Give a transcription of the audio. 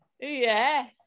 Yes